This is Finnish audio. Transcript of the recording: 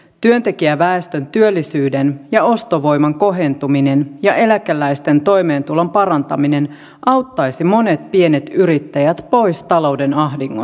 työntekijäväestön työllisyyden ja ostovoiman kohentuminen ja eläkeläisten toimeentulon parantaminen auttaisi monet pienet yrittäjät pois talouden ahdingosta